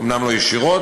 אומנם לא ישירות,